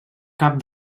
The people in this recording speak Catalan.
cap